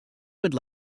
would